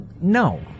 No